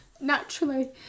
naturally